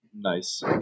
nice